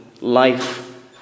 life